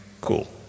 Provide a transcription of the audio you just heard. cool